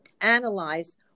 analyze